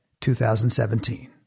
2017